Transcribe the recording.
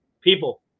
people